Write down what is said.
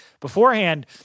beforehand